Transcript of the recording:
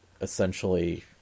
essentially